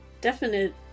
definite